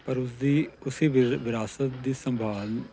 ਪਰ ਉਸਦੀ ਉਸੀ ਵਿਰਾ ਵਿਰਾਸਤ ਦੀ ਸੰਭਾਲ